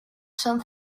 son